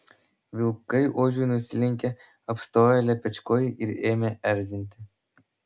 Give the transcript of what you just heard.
vilkai ožiui nusilenkė apstojo lepečkojį ir ėmė erzinti